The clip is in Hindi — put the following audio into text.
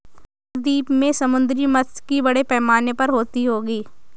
मालदीव में समुद्री मात्स्यिकी बड़े पैमाने पर होती होगी